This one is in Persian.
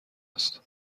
است